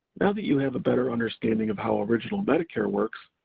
now that you have a better understanding of how original medicare works,